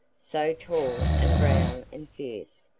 so tall and brown and fierce,